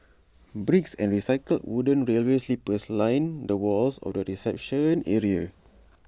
bricks and recycled wooden railway sleepers line the walls of the reception area